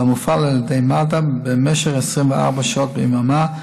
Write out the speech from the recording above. ומופעל על ידי מד"א במשך 24 שעות ביממה,